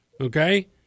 okay